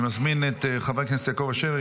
אני מזמין את חבר הכנסת יעקב אשר,